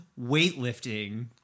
weightlifting